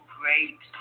great